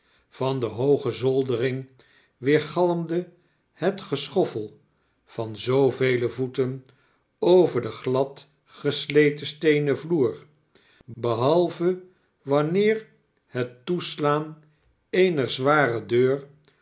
van de hooge zoldering weergalmde het geschoflfel van zoovele voeten over den glad gesleten steenen vloer behalve wanneer het toeslaan eener zware deur